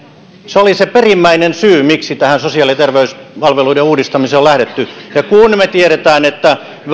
se oli se perimmäinen syy miksi tähän sosiaali ja terveyspalveluiden uudistamiseen on lähdetty ja koska me tiedämme että